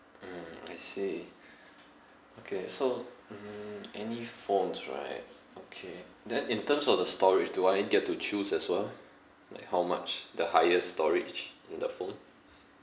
mm I see okay so mm any phones right okay then in terms of the storage do I get to choose as well like how much the highest storage in the phone